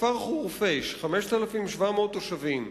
בכפר חורפיש, 5,700 תושבים,